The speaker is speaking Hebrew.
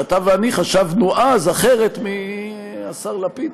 שאתה ואני חשבנו אז אחרת מהשר לפיד,